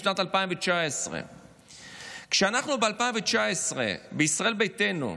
בשנת 2019. כשאנחנו בישראל ביתנו,